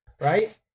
right